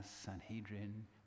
Sanhedrin